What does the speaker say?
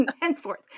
Henceforth